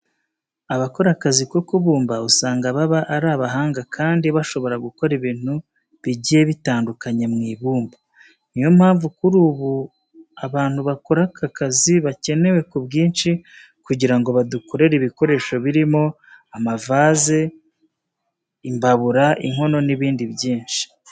Abakora akazi ko kubumba usanga baba ari abahanga kandi bashobora gukora ibintu bigiye bitandukanye mu ibumba. Niyo mpamvu kuri ubu abantu bakora aka kazi bakenewe ku bwinshi kugira ngo badukorere ibikoresho birimo amavaze, imbabura, inkono n'ibindi byinshi.